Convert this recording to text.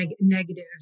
negative